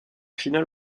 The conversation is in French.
finale